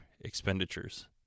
expenditures